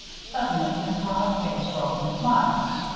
suddenly his broad face broke into smiles.